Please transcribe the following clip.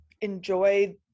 enjoy